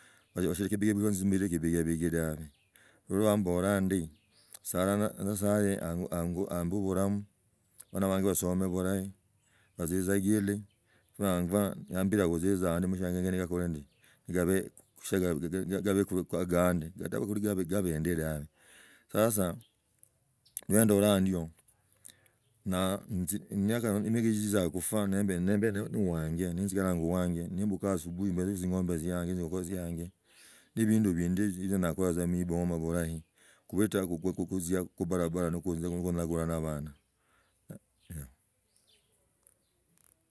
Oshiri ni gibigibigi isi mbe ne kebikibiki dabe khulwa mbola ndi sana nyasaye ambi buramu, bona bange basome burahi bazize egili, gunangwa yambira ne guziza mushangwa na gokola ndi, gabe shagabeku agandi katu guli gabende tawe sasa niyandoroo ndiyo ni miaka zizizaa kutwa nimb na uwanje, ni shikaraa wanje nimbuka asubuhi mbelu tzing’ombe tzianje, tzingoho tzianja ndi pende ebindu bindi, binyala tsa khuba muiboma bulahi kubela kukokuzia muibarabara na kunzia no kilaguna na abana.